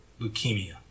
leukemia